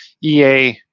EA